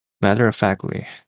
matter-of-factly